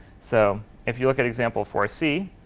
so if you look at example four c,